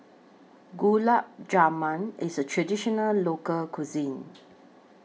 Gulab Jamun IS A Traditional Local Cuisine